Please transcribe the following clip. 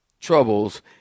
troubles